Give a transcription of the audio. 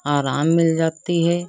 आराम मिल जाती है